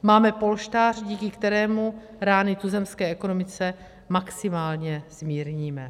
Máme polštář, díky kterému rány tuzemské ekonomice maximálně zmírníme.